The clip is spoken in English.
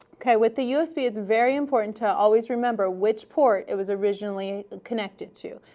okay, with the usb, it's very important to always remember which port it was originally connected to,